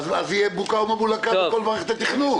יהיה בוקה ומבולקה בכל מערכת התכנון.